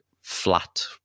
flat